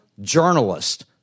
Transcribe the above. journalist